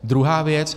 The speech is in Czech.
Druhá věc.